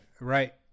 Right